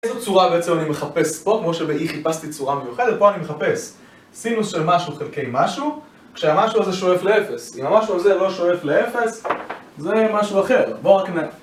איזו צורה בעצם אני מחפש פה, כמו שב E חיפשתי צורה מיוחדת, פה אני מחפש סינוס של משהו חלקי משהו כשהמשהו הזה שואף לאפס, אם המשהו הזה לא שואף לאפס זה משהו אחר, בואו רק נ...